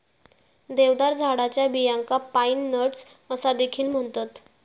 देवदार झाडाच्या बियांका पाईन नट्स असा देखील म्हणतत